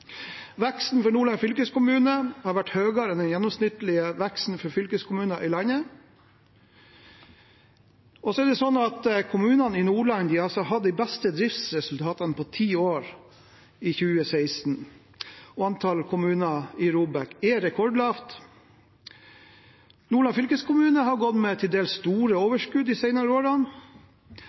Veksten for Nordland fylkeskommune har vært større enn den gjennomsnittlige veksten for fylkeskommuner i landet. Kommunene i Nordland hadde i 2016 de beste driftsresultatene på ti år. Antallet kommuner i ROBEK er rekordlavt. Nordland fylkeskommune har gått med til dels store overskudd de senere årene.